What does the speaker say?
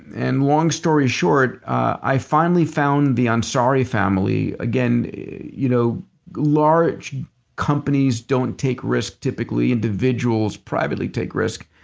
and long story short, i finally found the ansari family. again you know large companies don't take risks typically. individuals privately take risks.